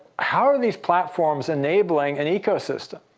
how are these platforms enabling an ecosystem,